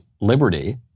liberty